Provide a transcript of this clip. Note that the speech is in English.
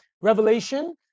revelation